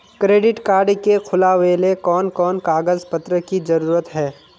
Credit card के खुलावेले कोन कोन कागज पत्र की जरूरत है?